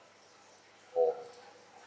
oh